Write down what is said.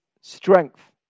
strength